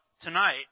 tonight